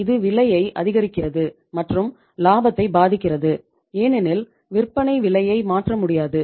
இது விலையை அதிகரிக்கிறது மற்றும் லாபத்தை பாதிக்கிறது ஏனெனில் விற்பனை விலையை மாற்ற முடியாது